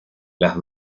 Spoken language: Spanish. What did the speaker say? las